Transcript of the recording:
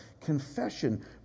Confession